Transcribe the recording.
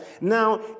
Now